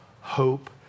hope